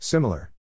Similar